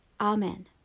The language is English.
Amen